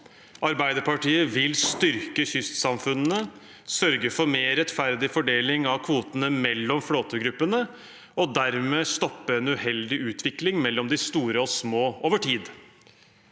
statsråden at «Ap vil styrke kystsamfunnene, sørge for mer rettferdig fordeling av kvotene mellom flåtegruppene og dermed stoppe en uheldig utvikling mellom de store og små over tid».